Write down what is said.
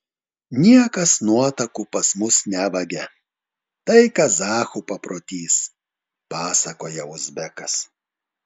niekas nuotakų pas mus nevagia tai kazachų paprotys pasakoja uzbekas